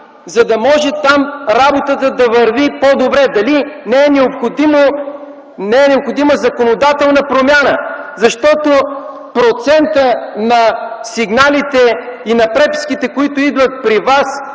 за да може там работата да върви по-добре. Дали не е необходима законодателна промяна? Процентът на сигналите и на преписките, които идват при вас